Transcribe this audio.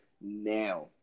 now